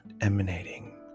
emanating